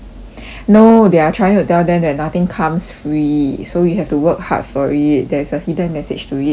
no they are trying to tell them that nothing comes free so you have to work hard for it there's a hidden message to it so